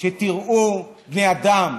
שתראו בני אדם.